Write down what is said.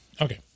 Okay